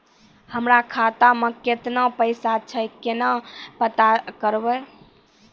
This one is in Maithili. हमरा खाता मे केतना पैसा छै, केना पता करबै?